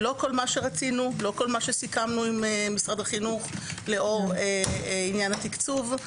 לא כל מה שרצינו ושסיכמנו עם משרד החינוך לאור עניין התקצוב.